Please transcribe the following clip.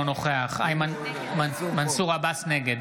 נגד